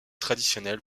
traditionnels